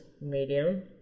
medium